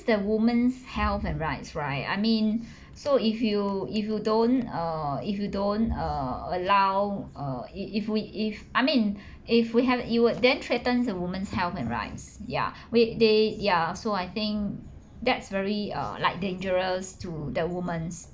the woman's health and rights right I mean so if you if you don't err if you don't err allow err if if we if I mean if we haven't you would then threatens a woman's health and rights ya with they ya so I think that's very err like dangerous to the womans